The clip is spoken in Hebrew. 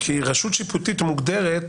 כי רשות שיפוטית מוגדרת